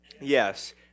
Yes